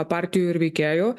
partijų ir veikėjų